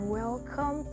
welcome